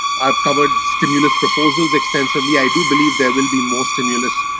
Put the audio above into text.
i've covered stimulus proposals extensively, i do believe there will be more stimulus,